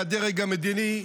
מהדרג המדיני,